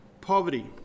poverty